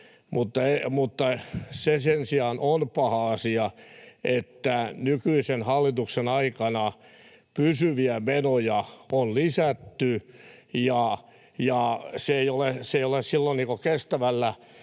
mutta se sen sijaan on paha asia, että nykyisen hallituksen aikana pysyviä menoja on lisätty, ja se ei ole silloin niin